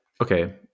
okay